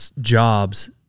jobs